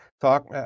talk